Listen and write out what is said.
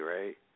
right